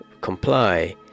comply